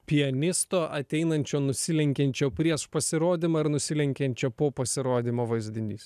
pianisto ateinančio nusilenkiančio prieš pasirodymą ir nusilenkiančio po pasirodymo vaizdinys